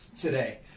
today